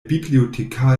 bibliothekar